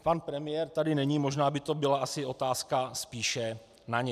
Pan premiér tady není, možná by to byla otázka spíše na něj.